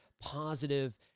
positive